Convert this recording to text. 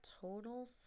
total